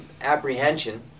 apprehension